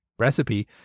recipe